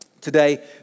today